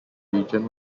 region